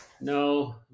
no